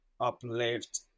uplift